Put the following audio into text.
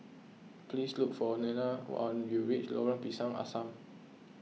please look for Nena when you reach Lorong Pisang Asam